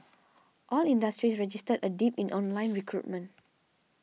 all industries registered a dip in online recruitment